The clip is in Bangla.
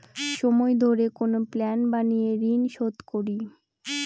সময় ধরে কোনো প্ল্যান বানিয়ে ঋন শুধ করি